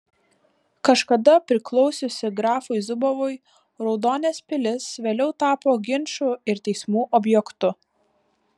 kažkada priklausiusi grafui zubovui raudonės pilis vėliau tapo ginčų ir teismų objektu